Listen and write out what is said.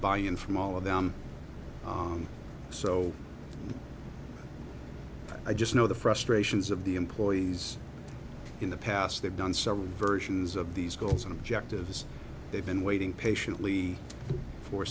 buy in from all of them so i just know the frustrations of the employees in the past they've done several versions of these goals and objectives they've been waiting patiently for